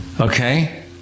Okay